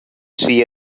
see